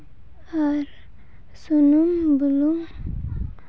ᱟᱨ ᱥᱩᱱᱩᱢ ᱵᱩᱞᱩᱝ